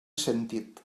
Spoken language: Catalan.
sentit